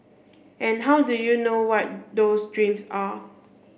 and how do you know what those dreams are